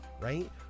right